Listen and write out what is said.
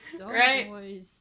Right